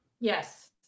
yes